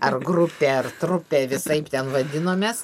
ar grupė ar trupė visaip ten vadinomės